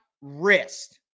wrist